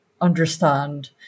understand